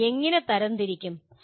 നിങ്ങൾ എങ്ങനെ തരം തിരിക്കും